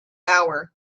hour